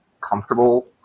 comfortable